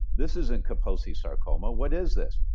this isn't kaposi sarcoma what is this?